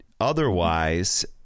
otherwise